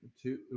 two